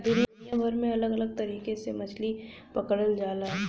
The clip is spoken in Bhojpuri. दुनिया भर में अलग अलग तरीका से मछरी पकड़ल जाला